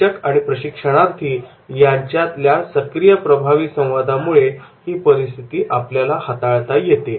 प्रशिक्षक व प्रशिक्षणार्थी यांच्यातल्या सक्रिय प्रभावी संवादाने ही परिस्थिती आपल्याला हाताळता येते